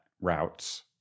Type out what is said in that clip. routes